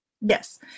Yes